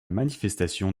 manifestation